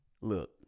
look